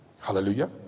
Hallelujah